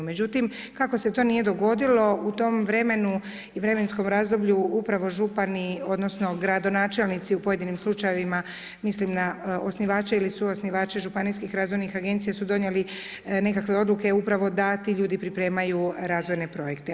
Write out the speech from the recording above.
Međutim, kako se to nije dogodilo u tom vremenu i vremenskom razdoblju, upravo župani, odnosno gradonačelnici u pojedinim slučajevima mislim na osnivače ili suosnivače županijskih razvojnih agencija, su donijeli nekakve odluke upravo da ti ljudi pripremaju razvojne projekte.